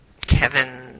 Kevin